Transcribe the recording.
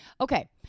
Okay